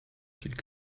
qu’ils